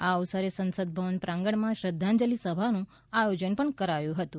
આ અવસરે સંસદ ભવન પ્રાંગણમાં શ્રધ્ધાંજલી સભાનું આયોજન પણ કરાયું હતું